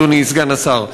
אדוני סגן השר.